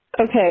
Okay